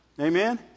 Amen